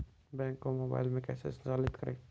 Bank को mobile में कैसे संचालित करें?